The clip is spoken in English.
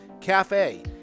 cafe